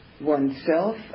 oneself